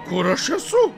kur aš esu